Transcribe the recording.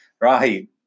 Right